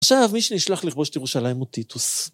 עכשיו, מי שנשלח לכבוש תירושלים הוא טיטוס.